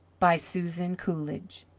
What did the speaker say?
by susan coolidge